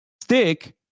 stick